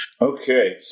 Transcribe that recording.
Okay